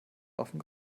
waffen